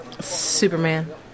Superman